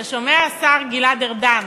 אתה שומע, השר גלעד ארדן?